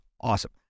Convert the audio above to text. Awesome